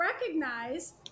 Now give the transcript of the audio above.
recognize